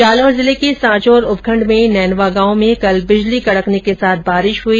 जालोर जिले के सांचोर उपखण्ड में नैनवा गांव में कल बिजली कडकने के साथ बारिश हुई